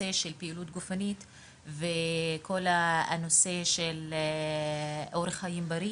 של פעילות גופנית ושל אורח חיים בריא